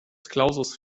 clausus